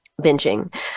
binging